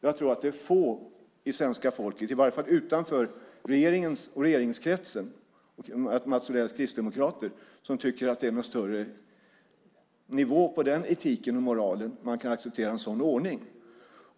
Jag tror att det är få i Sverige, i alla fall utanför regeringskretsen och Mats Odells kristdemokrater, som tycker att det är så hög nivå på den etiken och moralen att man kan acceptera en sådan ordning.